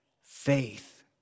faith